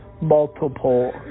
multiple